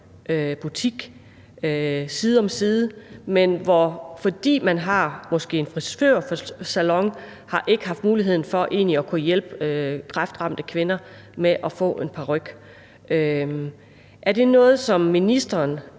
parykbutik side om side, men fordi man har en frisørsalon, har man ikke haft mulighed for egentlig at kunne hjælpe kræftramte kvinder med at få en paryk. Er det noget, som ministeren